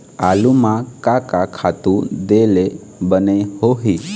आलू म का का खातू दे ले बने होही?